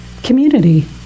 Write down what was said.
Community